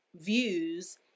views